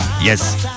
Yes